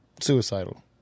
suicidal